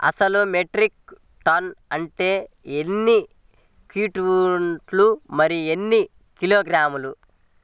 అసలు metric ton అంటే ఎన్ని క్వింటాలు మరియు ఎన్ని కిలోగ్రాములు?